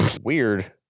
Weird